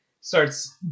starts